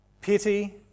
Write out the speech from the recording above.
pity